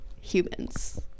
humans